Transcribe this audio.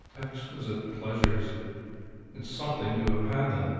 exquisite pleasures it's something to have had them!